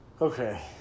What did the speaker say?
Okay